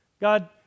God